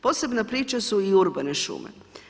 Posebne priče su i urbane šume.